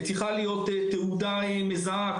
צריכה להיות תעודה מזהה,